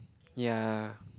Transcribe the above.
ya